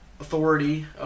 authority